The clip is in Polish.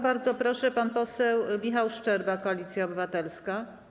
Bardzo proszę, pan poseł Michał Szczerba, Koalicja Obywatelska.